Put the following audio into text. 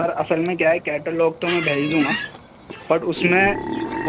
سر اصل میں کیا ہے کیٹولاگ تو میں بھیج دوں گا پر اس میں